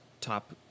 top